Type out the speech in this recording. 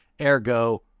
ergo